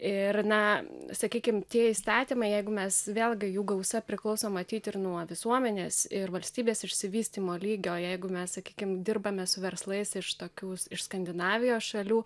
ir na sakykim tie įstatymai jeigu mes vėlgi jų gausa priklauso matyt ir nuo visuomenės ir valstybės išsivystymo lygio jeigu mes sakykim dirbame su verslais iš tokių iš skandinavijos šalių